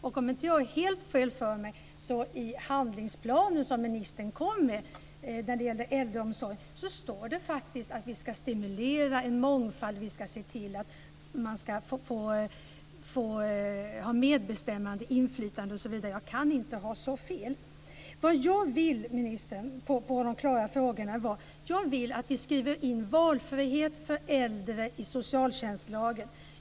Om jag inte har helt fel för mig står det i handlingsplanen för äldreomsorgen som ministern kom med att vi ska stimulera en mångfald och se till att människor ska ha medbestämmande, inflytande osv. Jag kan inte ha så fel. Vad jag vill - som ett svar på de klara frågorna - är att vi skriver in valfrihet för äldre i socialtjänstlagen.